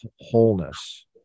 wholeness